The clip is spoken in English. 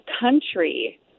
country